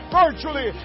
virtually